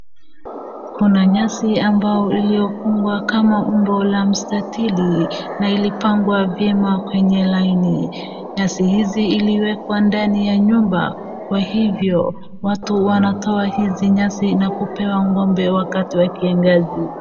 Kuna nyasi ambao iliyofungwa kamba kwa umbo wa mstatili na ilipangwa vyema kwenye laini, nyasi hizi iliwekwa ndani ya nyumba ,kwa hivyo watu wanatoa hizi nyasi na kupewa ng'ombe wakati wa kianganzi.